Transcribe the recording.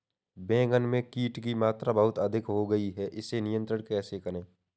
बैगन में कीट की मात्रा बहुत अधिक हो गई है इसे नियंत्रण कैसे करें?